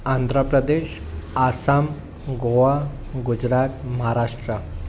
Andhra Pradesh Assam Goa Gujarat Maharashtra